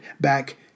back